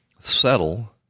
settle